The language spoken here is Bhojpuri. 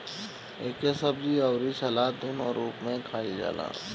एके सब्जी अउरी सलाद दूनो रूप में खाईल जाला